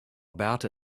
about